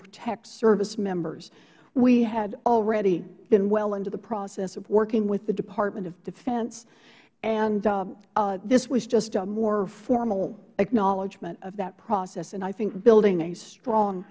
protect service members we had already been well into the process of working with the department of defense and this was just a more formal acknowledgment of that process and i think building a strong